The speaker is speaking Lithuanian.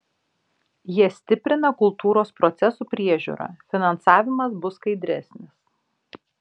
jie stiprina kultūros procesų priežiūrą finansavimas bus skaidresnis